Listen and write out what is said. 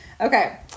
okay